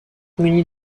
munie